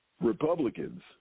Republicans